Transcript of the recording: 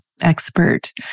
expert